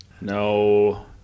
No